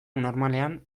normalean